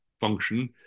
function